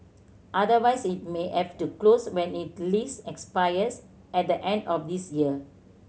otherwise it may have to close when its lease expires at the end of this year